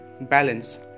balance